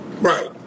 right